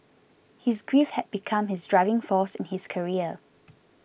his grief had become his driving force in his career